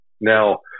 now